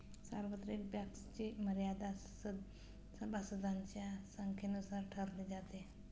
सार्वत्रिक बँक्सची मर्यादा सभासदांच्या संख्येनुसार ठरवली जाते